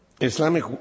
Islamic